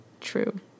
True